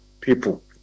people